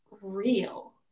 real